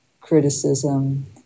criticism